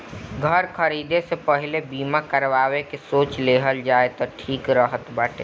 घर खरीदे से पहिले बीमा करावे के सोच लेहल जाए तअ ठीक रहत बाटे